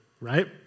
right